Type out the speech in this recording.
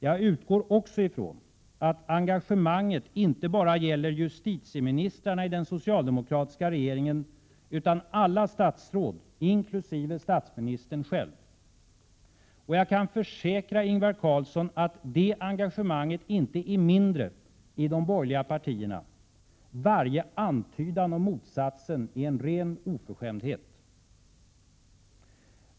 Jag utgår också ifrån att engagemanget inte bara gäller justitieministrarna i den socialdemokratiska regeringen utan alla statsråd, inkl. statsministern själv. Och jag kan försäkra Ingvar Carlsson att det engagemanget inte är mindre i de borgerliga partierna. Varje antydan om motsatsen är en ren oförskämdhet.